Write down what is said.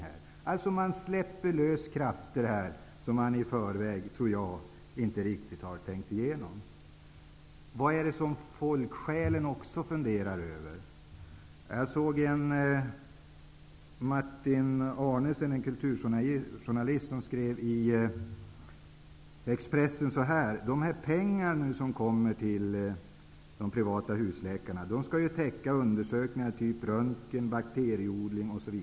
Krafter släpps loss, som man i förväg inte riktigt har tänkt sig. Vad funderar folksjälen mer över? Expressen att de pengar som de privata husläkarna nu får skall täcka undersökningar, typ röntgen och bakterieodling.